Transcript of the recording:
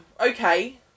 okay